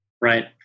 right